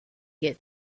get